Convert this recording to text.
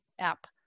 app